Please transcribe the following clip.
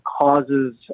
causes